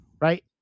Right